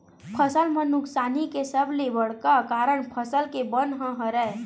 फसल म नुकसानी के सबले बड़का कारन फसल के बन ह हरय